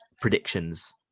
predictions